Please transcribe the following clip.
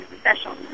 special